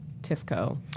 TIFCO